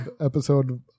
episode